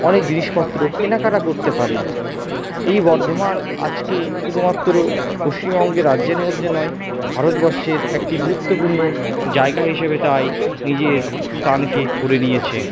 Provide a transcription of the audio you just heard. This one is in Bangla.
অনেক জিনিসপত্র কেনাকাটা করতে পারে এই বর্ধমান আজকে শুধুমাত্র পশ্চিমবঙ্গের রাজ্যের মধ্যে নয় ভারতবর্ষের একটি গুরুত্বপূর্ণ জায়গা হিসেবে তাই নিজের স্থানকে করে নিয়েছে